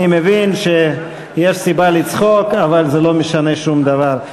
אני מבין שיש סיבה לצחוק, אבל זה לא משנה שום דבר.